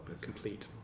complete